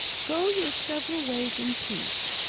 go your several ways in peace!